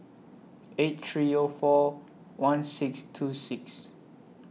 eight three O four one six two six